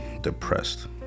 depressed